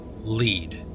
lead